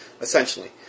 essentially